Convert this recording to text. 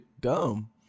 dumb